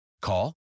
Call